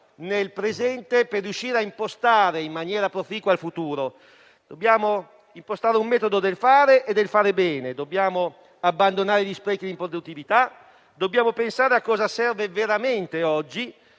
nel presente per riuscire a impostare in maniera proficua il futuro; dobbiamo impostare un metodo del fare e del fare bene; dobbiamo abbandonare gli sprechi e l'improduttività; dobbiamo pensare a cosa serve veramente oggi,